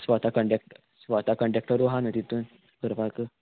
स्वता कंडक्टर स्वता कंडेकटरू आहा न्हू तितून करपाक